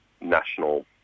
national